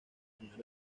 señores